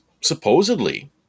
supposedly